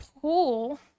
pool